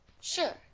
Sure